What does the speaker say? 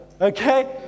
Okay